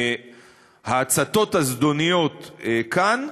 ההצתות הזדוניות כאן,